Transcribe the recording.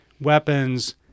weapons